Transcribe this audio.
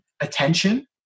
attention